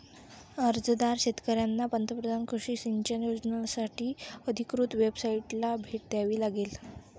अर्जदार शेतकऱ्यांना पंतप्रधान कृषी सिंचन योजनासाठी अधिकृत वेबसाइटला भेट द्यावी लागेल